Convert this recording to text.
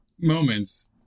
moments